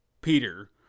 Peter